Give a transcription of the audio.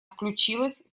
включилась